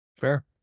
fair